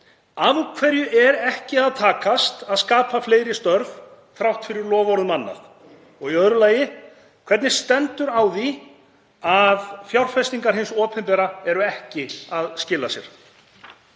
af hverju ekki er að takast að skapa fleiri störf þrátt fyrir loforð um annað. Í öðru lagi: Hvernig stendur á því að fjárfestingar hins opinbera eru ekki að skila sér?